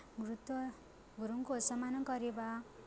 ମୃତ ଗୁରୁଙ୍କୁ ଅସମ୍ମାନ କରିବା